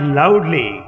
loudly